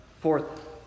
fourth